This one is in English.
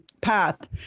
path